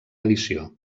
edició